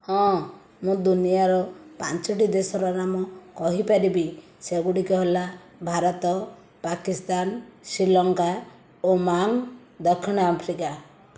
ହଁ ମୁଁ ଦୁନିଆଁରେ ପାଞ୍ଚୋଟି ଦେଶର ନାମ କହିପାରିବି ସେଗୁଡ଼ିକ ହେଲା ଭାରତ ପାକିସ୍ତାନ ଶ୍ରୀଲଙ୍କା ଓମାଂ ଦକ୍ଷିଣ ଆଫ୍ରିକା